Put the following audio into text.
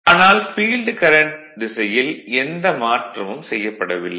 ஆனால் field current திசையில் எந்த மாற்றமும் செய்யப்படவில்லை